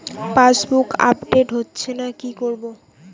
Passbook update হচ্ছেনা কি করবো?